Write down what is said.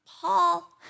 Paul